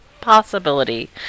possibility